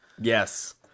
yes